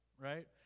right